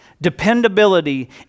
dependability